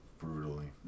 Brutally